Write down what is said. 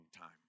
time